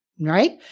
right